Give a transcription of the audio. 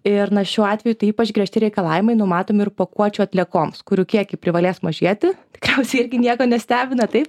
ir na šiuo atveju tai ypaš griežti reikalavimai numatomi ir pakuočių atliekoms kurių kiekiai privalės mažėti tikriausiai irgi nieko nestebina taip